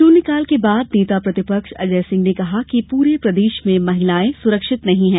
शून्यकाल के बाद नेता प्रतिपक्ष अजय सिंह ने कहा कि पूरे प्रदेश में महिलायें सुरक्षित नहीं हैं